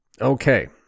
Okay